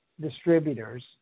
distributors